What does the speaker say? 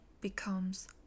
becomes